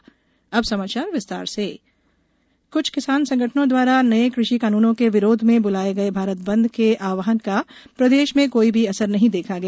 भारत बंद प्रदेश क्छ किसान संगठनों दवारा नये कृषि कानूनों के विरोध में बुलाए गये भारत बंद के आहवान का प्रदेश में कोई भी असर नहीं देखा गया